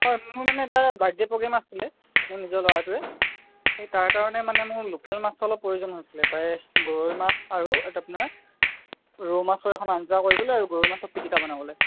হয় মোৰ মানে এটা বাৰ্থদে' প্ৰগ্ৰেম আছিলে মোৰ নিজৰ ল'ৰাটোৰে হেই তাৰ কাৰণে মানে মোৰ লোকেল মাছৰ অলপ প্ৰয়োজন হৈছিলে প্ৰায় গৰৈ মাছ আৰু আপোনাৰ ৰৌ মাছৰ এখন আঞ্জা কৰিবলৈ আৰু গৰৈ মাছৰ পিটিকা বনাবলৈ